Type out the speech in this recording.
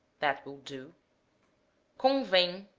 that will do convem,